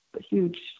huge